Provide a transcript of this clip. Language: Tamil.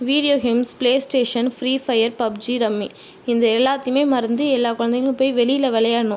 video games PlayStation free fire PUBG rummy இந்த எல்லாத்தையுமே மறந்து எல்லா குழந்தைகளையும் போய் வெளியில் விளையாடணும்